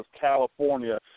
California